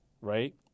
right